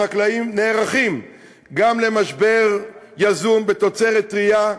החקלאים נערכים גם למשבר יזום בתוצרת טרייה,